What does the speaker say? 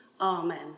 Amen